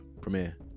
premiere